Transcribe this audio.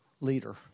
leader